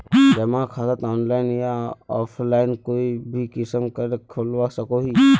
जमा खाता ऑनलाइन या ऑफलाइन कोई भी किसम करे खोलवा सकोहो ही?